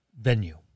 venue